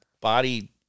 body